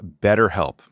BetterHelp